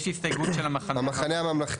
יש הסתייגות של המחנה הממלכתי.